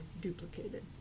duplicated